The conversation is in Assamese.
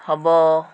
হ'ব